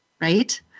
Right